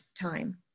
time